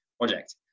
project